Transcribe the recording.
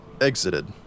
exited